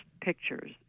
pictures